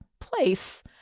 place